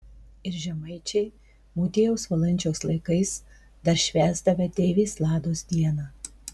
ir žemaičiai motiejaus valančiaus laikais dar švęsdavę deivės lados dieną